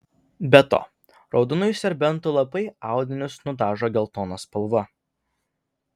be to raudonųjų serbentų lapai audinius nudažo geltona spalva